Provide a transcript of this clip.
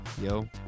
Yo